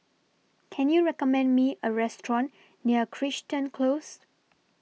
Can YOU recommend Me A Restaurant near Crichton Close